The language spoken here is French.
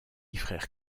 frère